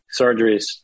surgeries